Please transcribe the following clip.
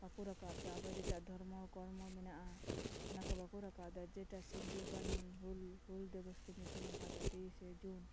ᱵᱟᱠᱚ ᱨᱟᱠᱟᱵ ᱫᱟ ᱟᱵᱟᱨ ᱡᱮᱴᱟ ᱫᱷᱚᱨᱢᱚ ᱠᱚᱨᱢᱚ ᱢᱮᱱᱟᱜᱼᱟ ᱚᱱᱟ ᱠᱚ ᱵᱟᱠᱚ ᱨᱟᱠᱟᱵ ᱮᱫᱟ ᱡᱮᱴᱟ ᱥᱤᱫᱷᱩ ᱠᱟᱹᱱᱦᱩ ᱦᱩᱞ ᱦᱩᱞ ᱫᱤᱵᱚᱥ ᱠᱚ ᱧᱩᱛᱩᱢ ᱟᱠᱟᱫᱟ ᱛᱤᱨᱤᱥᱮ ᱡᱩᱱ